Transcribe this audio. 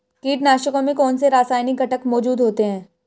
कीटनाशकों में कौनसे रासायनिक घटक मौजूद होते हैं?